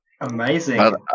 Amazing